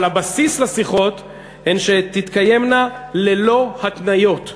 אבל הבסיס לשיחות הוא שהן תתקיימנה ללא התניות.